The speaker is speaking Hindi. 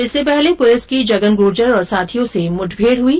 इससे पहले पुलिस की जगन गुर्जर और साथियों से मुठभेड हुई